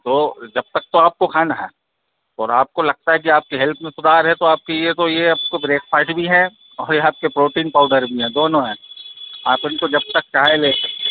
तो जब तक तो आपको खाना है और आपको लगता है कि आपकी हेल्थ में सुधार है तो आपकी यह कहो यह ब्रेकफास्ट भी है और यह आपको प्रोटीन पाउडर भी है दोनों हैं आप इनको जब तक चाहें ले सकते हैं